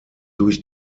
durch